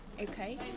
okay